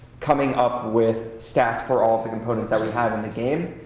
coming up with stats for all of the components that we have in the game,